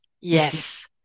Yes